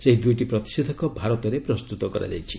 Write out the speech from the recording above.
ସେହି ଦୁଇଟି ପ୍ରତିଷେଧକ ଭାରତରେ ପ୍ରସ୍ତୁତ କରାଯାଇଛି